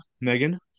Megan